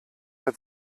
hat